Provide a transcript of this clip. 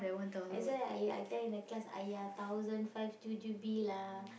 that's why I I I tell in the class !aiya! thousand five jujube lah